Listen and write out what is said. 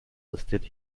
listed